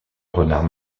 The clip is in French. renard